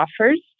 offers